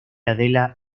adela